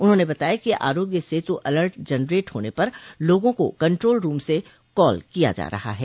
उन्होंने बताया कि आरोग्य सेतु अलर्ट जनरेट होने पर लोगों को कन्ट्रोल रूम से कॉल किया जा रहा है